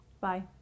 Bye